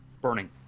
burning